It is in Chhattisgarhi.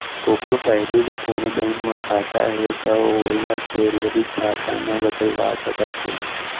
कोकरो पहिली ले कोनों बेंक म खाता हे तौ ओला सेलरी खाता म बदलवा सकत हे